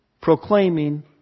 proclaiming